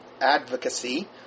advocacy